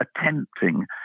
attempting